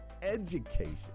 education